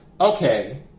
okay